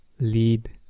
lead